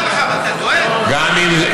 מפלים את האשכנזים, אז אתם לא יודעים את זה?